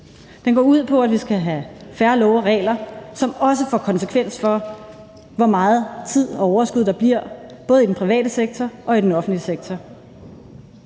Den går ud på, at vi skal have færre love og regler, hvilket også får konsekvens for, hvor meget tid og overskud, der bliver, både i den private sektor og i den offentlige sektor.